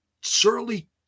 surely